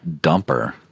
Dumper